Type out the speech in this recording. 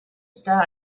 star